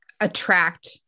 attract